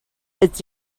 its